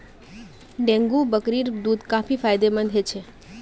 dengue बकरीर दूध काफी फायदेमंद ह छ